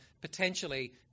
potentially